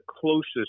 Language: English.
closest